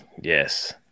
yes